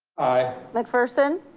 aye. mcpherson.